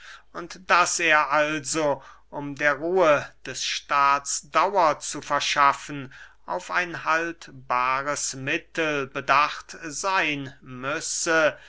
und daß er also um der ruhe des staats dauer zu verschaffen auf ein haltbares mittel bedacht seyn müsse